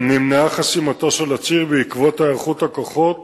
נמנעה חסימתו של הציר בעקבות היערכות הכוחות